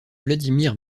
vladimir